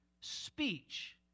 speech